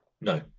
No